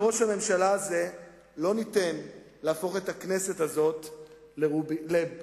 לראש הממשלה הזה לא ניתן להפוך את הכנסת הזאת ל"ביבישוק".